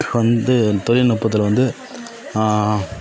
வந்து தொழில்நுட்பத்தில் வந்து